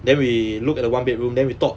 then we looked at the one bedroom then we thought